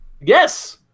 Yes